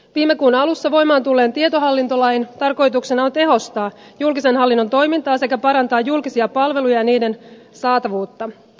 viime kuun alussa voimaan tulleen tietohallintolain tarkoituksena on tehostaa julkisen hallinnon toimintaa sekä parantaa julkisia palveluja ja niiden saatavuutta